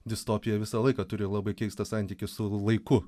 distopija visą laiką turi labai keistą santykį su laiku